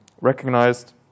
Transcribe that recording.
recognized